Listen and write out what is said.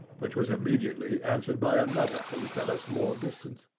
which was immediately answered by another hoot at a small distance.